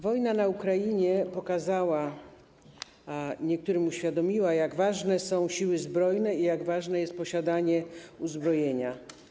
Wojna na Ukrainie pokazała, a niektórym uświadomiła, jak ważne są Siły Zbrojne i jak ważne jest posiadanie uzbrojenia.